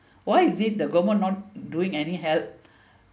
why is it the government not doing any help